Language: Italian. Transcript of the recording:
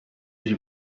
usi